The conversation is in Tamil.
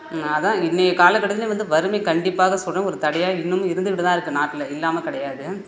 நான் அதுதான் இன்றைய காலகட்டத்துலேயும் வந்து வறுமை கண்டிப்பாக சொல்கிறேன் ஒரு தடையாக இன்னமும் இருந்துகிட்டு தான் இருக்குது நாட்டில இல்லாமல் கிடையாது